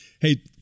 Hey